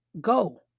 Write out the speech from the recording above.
Go